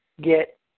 get